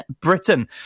Britain